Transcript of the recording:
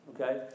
okay